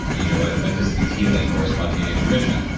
you know ah a distance healing, or a spontaneous remission.